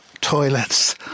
toilets